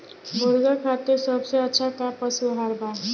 मुर्गा खातिर सबसे अच्छा का पशु आहार बा?